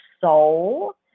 soul